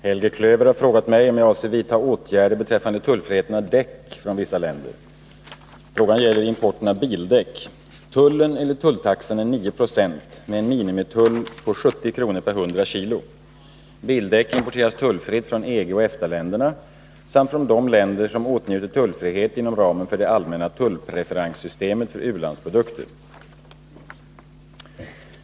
Herr talman! Helge Klöver har frågat mig om jag avser vidtaga åtgärder beträffande tullfriheten för däck från vissa länder. Frågan gäller importen av bildäck. Tullen enligt tulltaxan är 9 26 med en minimitull på 70 kr. per 100 kg. Bildäck importeras tullfritt från EG och EFTA-länderna samt från de länder som åtnjuter tullfrihet inom ramen för det allmänna tullpreferenssystemet för u-landsprodukter.